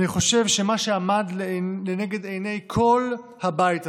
אני חושב שמה שעמד לנגד עיני כל הבית הזה,